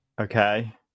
okay